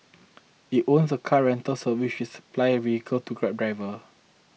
it owns a car rental service which supplies vehicles to grab drivers